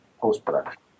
post-production